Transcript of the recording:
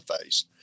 face